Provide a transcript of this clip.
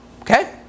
okay